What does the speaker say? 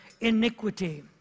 iniquity